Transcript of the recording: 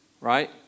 Right